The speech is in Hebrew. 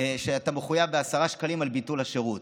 שהוא מחויב ב-10 שקלים על ביטול השירות.